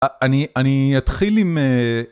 אני אני אתחיל עם.